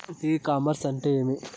ఇ commerce అంటే ఏమి?